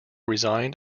resigned